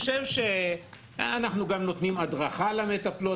אנחנו גם נותנים הדרכה למטפלות,